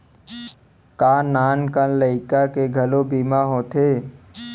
का नान कन लइका के घलो बीमा होथे?